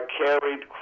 carried